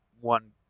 one